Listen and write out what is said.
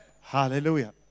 Hallelujah